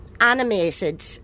animated